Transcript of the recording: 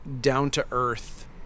down-to-earth